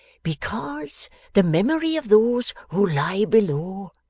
because the memory of those who lie below,